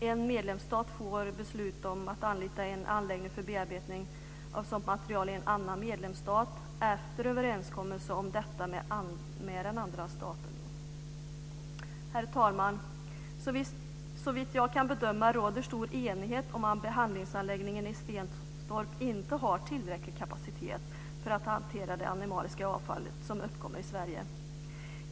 En medlemsstat får besluta om att anlita en anläggning för bearbetning av sådant material i en annan medlemsstat efter överenskommelse om detta med den andra staten. Herr talman! Såvitt jag kan bedöma råder stor enighet om att behandlingsanläggningen i Stenstorp inte har tillräcklig kapacitet för att hantera det animaliska avfallet som uppkommer i Sverige.